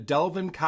Delvin